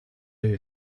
you